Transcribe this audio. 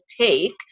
take